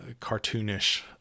cartoonish